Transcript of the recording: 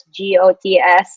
GOTS